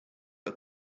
are